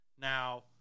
Now